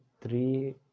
three